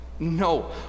No